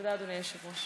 תודה, אדוני היושב-ראש.